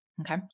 Okay